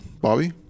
Bobby